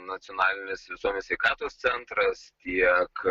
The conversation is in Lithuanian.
nacionalinis visuomenės sveikatos centras tiek